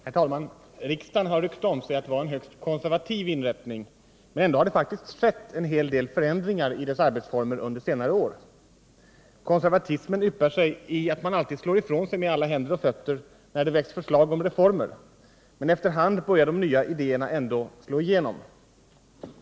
Herr talman! Riksdagen har rykte om sig att vara en högst konservativ inrättning, men ändå har det faktiskt skett en hel del förändringar i dess arbetsformer under senare år. Konservatismen yppar sig i att man alltid slår ifrån sig med händer och fötter när det väcks förslag om reformer, men efter hand börjar de nya idéerna ändå slå igenom.